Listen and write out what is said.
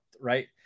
right